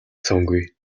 цөөнгүй